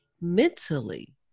mentally